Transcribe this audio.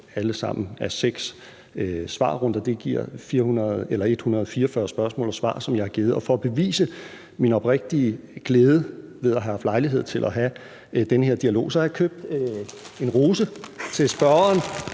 alle sammen a 6 svarrunder. Det giver 144 spørgsmål og svar, som jeg har givet, og for at bevise min oprigtige glæde ved at have haft lejlighed til at have den her dialog, så har jeg købt en rose til spørgeren